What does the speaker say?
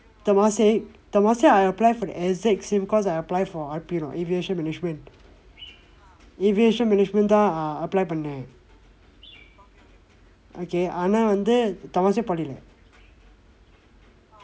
temasek temasek I apply for the exact same course I apply for R_P lah aviation management aviation management தான்:thaan ah apply பண்ணேன்:panneen okay ஆனா வந்து:aanaa vandthu temasek poly lah